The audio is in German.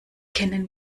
kennen